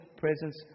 presence